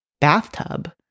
bathtub